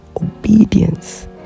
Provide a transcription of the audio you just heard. obedience